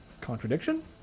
Contradiction